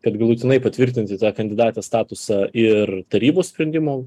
kad galutinai patvirtinti tą kandidatės statusą ir tarybos sprendimo